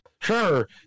Sure